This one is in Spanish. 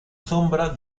sombra